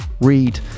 read